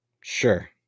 Sure